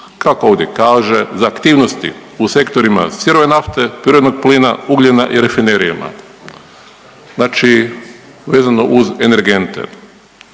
kako ovdje kaže za aktivnosti u sektorima sirove nafte, prirodnog plina, ugljena i rafinerijama, znači vezano uz energente.